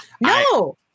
No